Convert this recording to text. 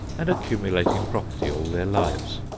and accumulating property all their lives.